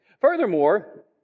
Furthermore